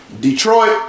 Detroit